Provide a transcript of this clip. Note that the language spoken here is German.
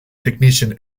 technischen